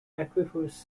aquifers